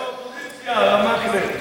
בואו אתנו לאופוזיציה, הרב מקלב.